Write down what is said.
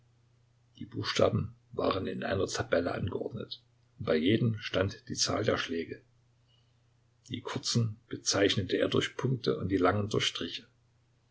die buchstaben waren in einer tabelle angeordnet und bei jedem stand die zahl der schläge die kurzen bezeichnete er durch punkte und die langen durch striche